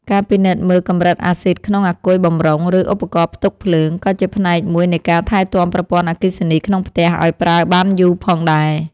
ការពិនិត្យមើលកម្រិតអាស៊ីតក្នុងអាគុយបម្រុង ឬឧបករណ៍ផ្ទុកភ្លើង ក៏ជាផ្នែកមួយនៃការថែទាំប្រព័ន្ធអគ្គិសនីក្នុងផ្ទះឱ្យប្រើបានយូរផងដែរ។